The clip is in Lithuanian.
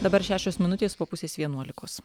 dabar šešios minutės po pusės vienuolikos